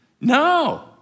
No